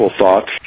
thoughts